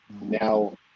now